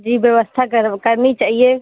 जी व्यवस्था कर वह करनी चाहिए